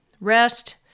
rest